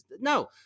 no